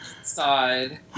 inside